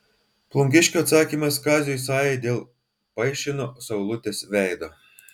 plungiškio atsakymas kaziui sajai dėl paišino saulutės veido